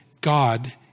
God